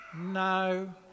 no